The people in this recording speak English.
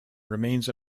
remains